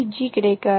G கிடைக்காது